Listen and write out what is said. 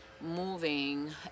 moving